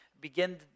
begin